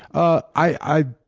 ah i